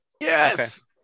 yes